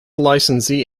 licensee